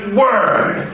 word